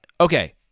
Okay